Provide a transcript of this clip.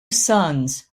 sons